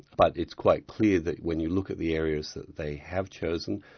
but it's quite clear that when you look at the areas that they have chosen,